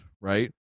right